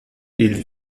hill